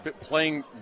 playing